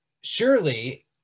surely